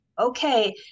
Okay